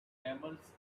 camels